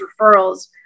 referrals